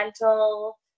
mental